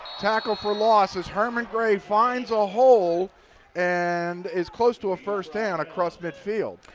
tackle for a loss as herman gray finds a hole and is close to a first down across mid field.